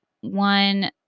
one